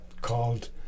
called